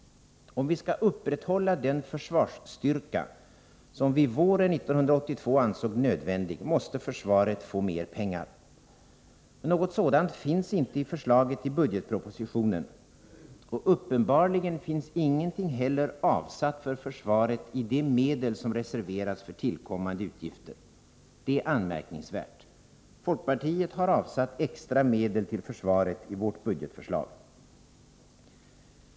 Om vi skall upprätthålla den försvarsstyrka som vi våren 1982 ansåg nödvändig, måste försvaret få mer pengar. Men något sådant finns inte föreslaget i budgetpropositionen, och uppenbarligen finns ingenting heller avsatt för försvaret i de medel som reserverats för tillkommande utgifter. Detta är anmärkningsvärt. Folkpartiet har avsatt extra medel till försvaret i sitt budgetförslag.